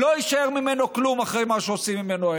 לא יישאר ממנו כלום אחרי מה שעושים ממנו הערב.